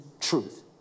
truth